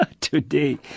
today